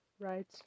right